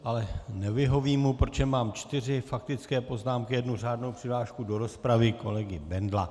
Ale nevyhovím mu, protože mám čtyři faktické poznámky a jednu řádnou přihlášku do rozpravy kolegy Bendla.